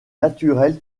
naturelle